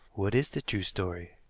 what is the true story?